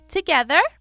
Together